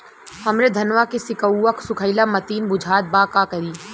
हमरे धनवा के सीक्कउआ सुखइला मतीन बुझात बा का करीं?